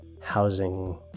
housing